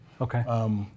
Okay